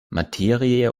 materie